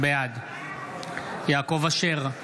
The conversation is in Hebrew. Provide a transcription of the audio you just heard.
בעד יעקב אשר,